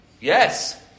Yes